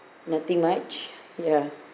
nothing much ya